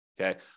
Okay